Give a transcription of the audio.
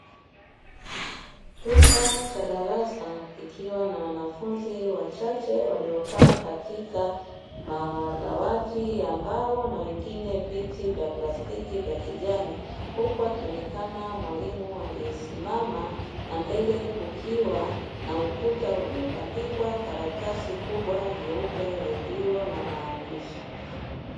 Chumba cha darasa, kikiwa na wanafunzi wachache waliokaa katika madawati ya mbao, na wengine viti vya plastiki vya kijani. Huku akionekana mwalimu aliyesimama na mbele kukiwa na ukuta uliobandikwa karatasi kubwa nyeupe lililo na maandishi.